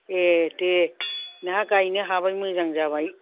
ए दे नोंहा गायनो हाबाय मोजां जाबाय